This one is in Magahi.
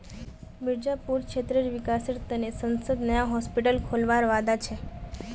मिर्जापुर क्षेत्रेर विकासेर त न सांसद नया हॉस्पिटल खोलवार वादा छ